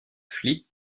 fleet